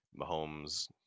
Mahomes